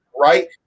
Right